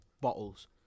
bottles